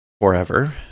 forever